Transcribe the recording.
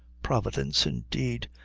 providence, indeed!